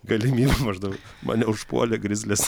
galimybę maždaug mane užpuolė grizlis